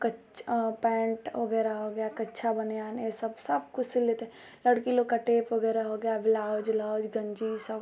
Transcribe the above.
कच्च पैन्ट वगैरह हो गया कच्छा बनियान ये सब सब कुछ सिल लेते लड़की लोग का टेप वगैरह हो गया बेलाउज ओलाउज गंजी सब